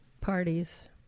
parties